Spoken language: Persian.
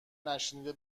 نشنیده